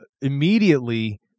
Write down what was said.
immediately